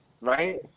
right